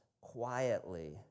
quietly